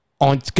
on